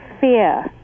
fear